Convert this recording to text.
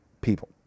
people